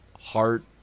heart